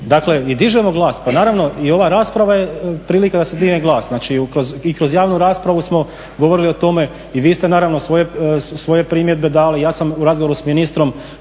Dakle, i dižemo glas. Pa naravno i ova rasprava je prilika da se digne glas. Znači i kroz javnu raspravu smo govorili o tome i vi ste naravno svoje primjedbe dali i ja sam u razgovoru s ministrom.